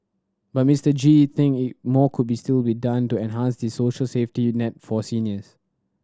but Mister Gee think it more could be still be done to enhance the social safety net for seniors